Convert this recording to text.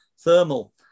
Thermal